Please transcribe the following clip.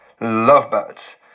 Lovebirds